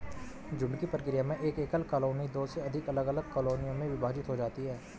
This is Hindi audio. झुंड की प्रक्रिया में एक एकल कॉलोनी दो से अधिक अलग अलग कॉलोनियों में विभाजित हो जाती है